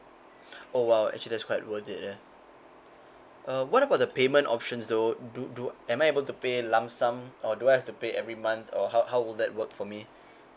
oh !wow! actually that's quite worth it leh uh what about the payment options though do do am I able to pay lump sum or do I have to pay every month or how how would that work for me